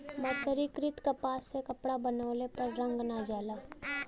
मर्सरीकृत कपास से कपड़ा बनवले पर रंग ना जाला